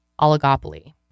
oligopoly